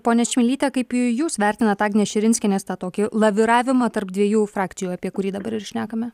ponia čmilyte kaip jūs vertinat agnės širinskienės tą tokį laviravimą tarp dviejų frakcijų apie kurį dabar ir šnekame